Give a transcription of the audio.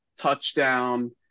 touchdown